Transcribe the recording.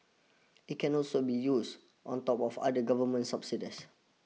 it can also be used on top of other government subsidies